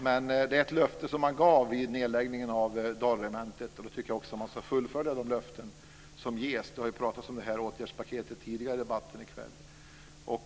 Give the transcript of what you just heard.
Men det är ett löfte som gavs vid nedläggningen av Dalregementet. Och då tycker jag att man också ska fullfölja de löften som ges. Det har ju talats om detta åtgärdspaket tidigare i debatten i kväll.